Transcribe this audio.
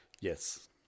Yes